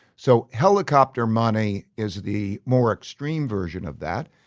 so helicopter money is the more extreme version of that.